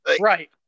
Right